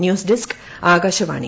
news desk Akashvani